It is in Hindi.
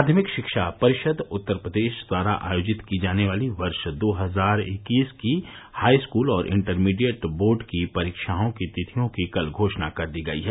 माध्यमिक शिक्षा परिषद उत्तर प्रदेश द्वारा आयोजित की जाने वाली वर्ष दो हजार इक्कीस की हाईस्कूल और इंटरमीडिएट बोर्ड की परीक्षाओं की तिथियों की कल घोषणा कर दी गई है